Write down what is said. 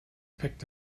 picked